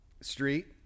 Street